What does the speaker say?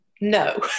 No